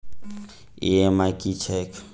EMI की छैक?